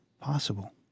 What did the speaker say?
possible